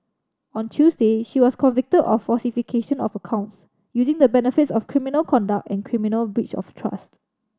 on Tuesday she was convicted of falsification of accounts using the benefits of criminal conduct and criminal breach of trust